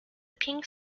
pink